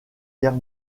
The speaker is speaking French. guerre